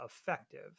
effective